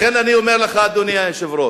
לכן אני אומר לך, אדוני היושב-ראש,